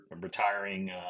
retiring